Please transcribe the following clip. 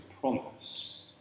promise